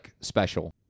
special